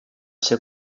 ser